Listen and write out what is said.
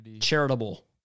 Charitable